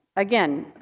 again,